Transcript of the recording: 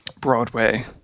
Broadway